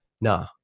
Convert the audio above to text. nah